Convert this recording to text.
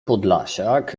podlasiak